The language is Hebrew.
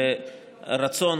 והרצון,